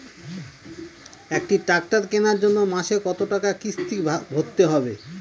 একটি ট্র্যাক্টর কেনার জন্য মাসে কত টাকা কিস্তি ভরতে হবে?